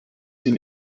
den